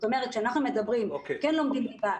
כשאנחנו מדברים: כן לומדים ליבה,